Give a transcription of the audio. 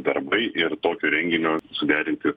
darbai ir tokio renginio suderinti